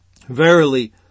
Verily